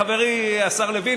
חברי השר לוין,